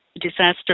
disaster